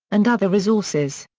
and other resources.